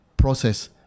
Process